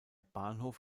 bahnhof